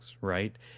right